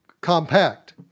compact